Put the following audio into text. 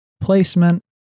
placement